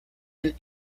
and